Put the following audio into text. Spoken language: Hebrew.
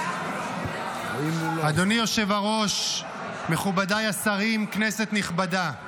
אדוני היושב-ראש, מכובדיי השרים, כנסת נכבדה.